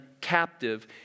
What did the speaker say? captive